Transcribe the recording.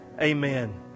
amen